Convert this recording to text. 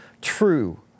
true